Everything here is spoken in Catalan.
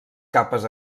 capes